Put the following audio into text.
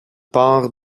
part